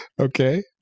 Okay